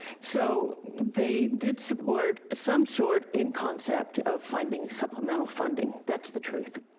so they did support some sort, in concept, of finding supplemental funding. that's the truth.